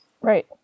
Right